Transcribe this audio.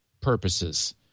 purposes